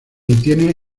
detiene